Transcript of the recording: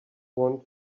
want